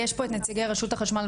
אלא מקבלת בגלל שהם כאי הבטחת הכנסה.